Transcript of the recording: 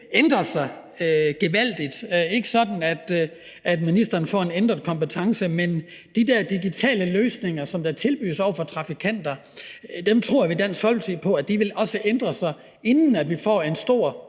ændre sig gevaldigt. Det er ikke sådan, at ministeren får en ændret kompetence, men de der digitale løsninger, som tilbydes over for trafikanter, tror vi i Dansk Folkeparti også på vil ændre sig, inden vi får en